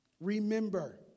Remember